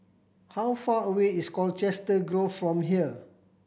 how far away is Colchester Grove from here